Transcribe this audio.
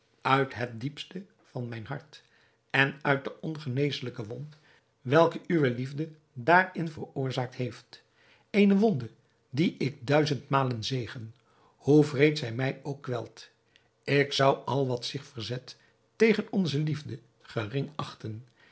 uit het diepste van mijn hart en uit de ongeneeselijke wond welke uwe liefde daarin veroorzaakt heeft eene wond die ik duizendmalen zegen hoe wreed zij mij ook kwelt ik zou al wat zich verzet tegen onze liefde gering achten